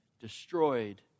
destroyed